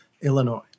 Illinois